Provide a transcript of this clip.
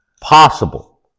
possible